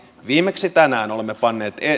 viimeksi tänään olemme panneet